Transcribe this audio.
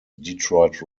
detroit